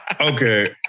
Okay